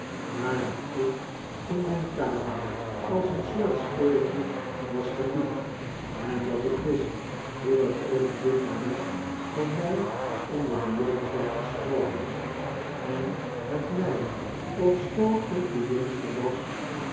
maar dat ik in mijn kamer als een soort speelgoed was geliefd en dat ik wist hoe er over dit talent van mij onder de jongens werd gesproken en het mij ofschoon ik de jongste was